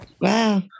Wow